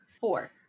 four